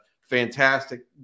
fantastic